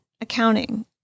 accounting